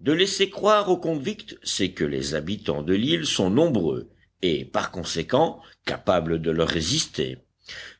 de laisser croire aux convicts c'est que les habitants de l'île sont nombreux et par conséquent capables de leur résister